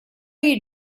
you